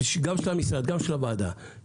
גם של המשרד וגם של הוועדה,